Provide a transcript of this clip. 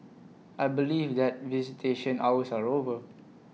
I believe that visitation hours are over